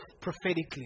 prophetically